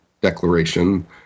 declaration